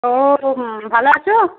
ও হুম ভালো আছ